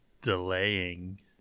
delaying